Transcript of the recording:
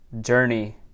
journey